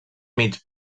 mig